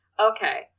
Okay